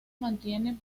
mantiene